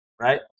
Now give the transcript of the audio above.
right